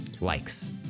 likes